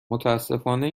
متاسفانه